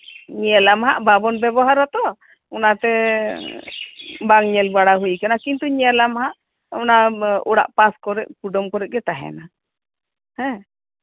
ᱧᱮᱞ ᱟᱢ ᱦᱟᱜ ᱵᱟᱵᱚᱱ ᱵᱮᱵᱚᱦᱟᱨ ᱟᱛᱚ ᱵᱟᱝ ᱧᱮᱞ ᱵᱟᱲᱟ ᱦᱩᱭ ᱠᱟᱱᱟ ᱠᱤᱱᱛᱩ ᱧᱮᱞ ᱟᱢ ᱦᱟᱜ ᱚᱲᱟᱜ ᱯᱟᱥ ᱠᱚᱨᱮᱜ ᱠᱩᱰᱟᱹᱢ ᱠᱚᱨᱮᱜ ᱜᱮ ᱛᱟᱸᱦᱮᱱᱟ ᱦᱮᱸ